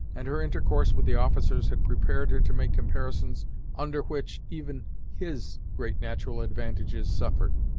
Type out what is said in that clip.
and her intercourse with the officers had prepared her to make comparisons under which even his great natural advantages suffered.